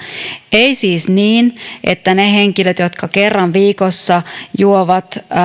ei siis niin että niillä henkilöillä jotka kerran viikossa juovat